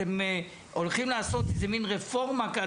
אתם הולכים לעשות איזה מין רפורמה.